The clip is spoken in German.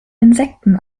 insekten